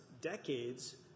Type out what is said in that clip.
decades